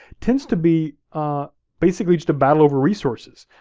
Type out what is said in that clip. tends to be basically just a battle over resources.